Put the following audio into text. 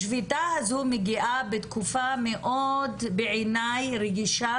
השביתה הזו מגיעה בתקופה מאוד רגישה בעיניי